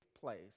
place